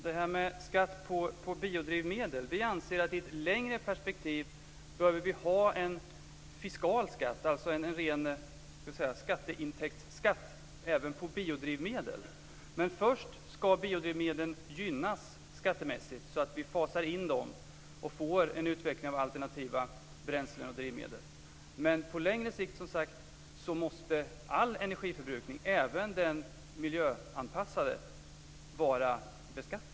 Fru talman! Vi anser att man i ett längre perspektiv bör ha en fiskal skatt på biodrivmedel, alltså - låt mig säga så - en ren skatteintäktsskatt på dessa. Först ska biodrivmedlen gynnas skattemässigt, så att vi fasar in dem och får en utveckling av alternativa drivmedel, men på längre sikt måste, som sagt, all energiförbrukning, även den miljöanpassade, vara beskattad.